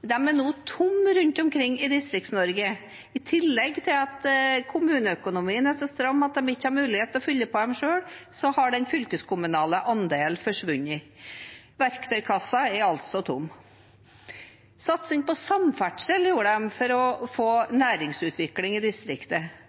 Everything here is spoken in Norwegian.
De er nå tomme rundt omkring i Distrikts-Norge. I tillegg til at kommuneøkonomien er så stram at de ikke har mulighet til å fylle på med midler selv, har den fylkeskommunale andelen forsvunnet. Verktøykassen er altså tom. Satsing på samferdsel gjorde regjeringen for å få næringsutvikling i distriktet.